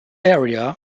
area